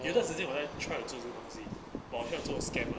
有一个时间我要 try 这种东西 but 我被 scam ah